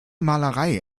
malerei